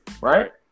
right